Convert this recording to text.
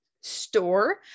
Store